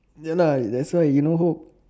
ya lah that's why you no hope